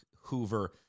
Hoover